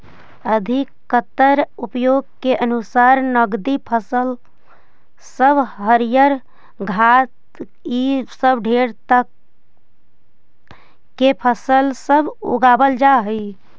अधिकतर उपयोग के अनुसार नकदी फसल सब हरियर खाद्य इ सब ढेर तरह के फसल सब उगाबल जा हई